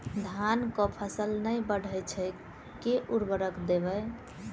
धान कऽ फसल नै बढ़य छै केँ उर्वरक देबै?